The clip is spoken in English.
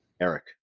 Eric